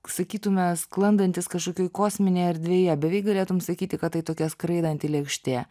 sakytume sklandantis kažkokioj kosminėje erdvėje beveik galėtum sakyti kad tai tokia skraidanti lėkštė